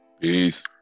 Peace